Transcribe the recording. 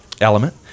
element